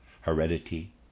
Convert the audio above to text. heredity